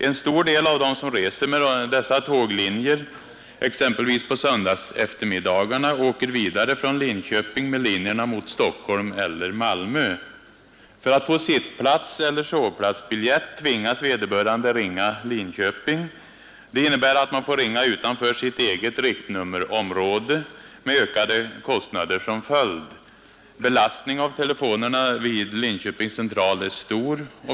En stor del av dem som reser med dessa tåglinjer, exempelvis de som på söndagseftermiddagarna åker vidare från Linköping med linjerna mot Stockholm eller Malmö, tvingas för att få sittplatseller sovplatsbiljett att ringa Linköping. Det innebär att man får ringa utanför sitt eget riktnummerområde med ökade kostnader som följd. Belastningen av telefonerna vid Linköpings central är stor.